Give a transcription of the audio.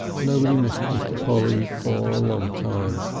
nobody missed mr. polly for a long time.